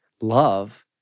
love